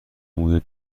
موی